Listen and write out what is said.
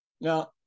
Now